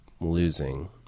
losing